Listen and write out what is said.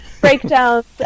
breakdowns